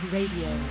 Radio